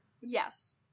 Yes